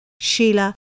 Sheila